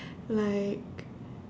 like